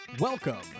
Welcome